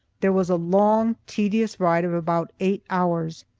there was a long, tedious ride of about eight hours.